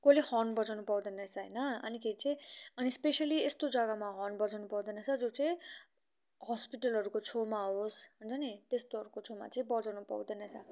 कसैले हर्न बजाउन पाउँदैन रहेछ होइन अनिखेरि चाहिँ अनि स्पेसली यस्तो जग्गामा हर्न बजाउन पाउँदैन रहेछ जो चाहिँ हस्पिटलहरूको छेउमा होस् हुन्छ नि त्यस्तोहरूको छेउमा चाहिँ बजाउनु पाउँदैन रहेछ